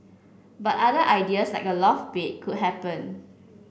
but other ideas like a loft be could happen